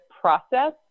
process